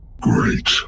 great